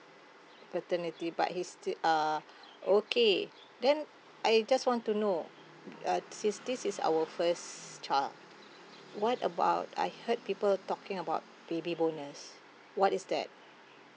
paternity but he's still uh okay then I just want to know uh since this is our first child what about I heard people talking about baby bonus what is that